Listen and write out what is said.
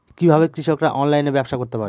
কিভাবে কৃষকরা অনলাইনে ব্যবসা করতে পারে?